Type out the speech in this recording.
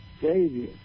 Savior